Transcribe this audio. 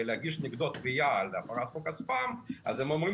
להגיד נגדו תביעה על הפרת חוק הספאם אז הם אומרים